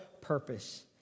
purpose